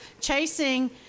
chasing